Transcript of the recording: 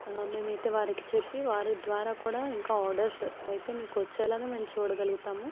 మేము అయితే వారికి చెప్పి వారి ద్వారా కూడా ఇంకా ఆర్డర్స్ అయితే మీకు వచ్చేలాగా మేము చూడగలుగుతాము